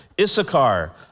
Issachar